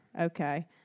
Okay